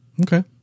Okay